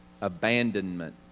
Abandonment